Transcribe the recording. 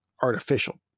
artificial